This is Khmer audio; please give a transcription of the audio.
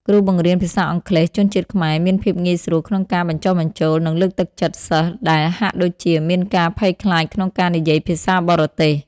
គ្រូបង្រៀនភាសាអង់គ្លេសជនជាតិខ្មែរមានភាពងាយស្រួលក្នុងការបញ្ចុះបញ្ចូល និងលើកទឹកចិត្តសិស្សដែលហាក់ដូចជាមានការភ័យខ្លាចក្នុងការនិយាយភាសាបរទេស។